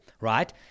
right